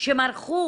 שמרחו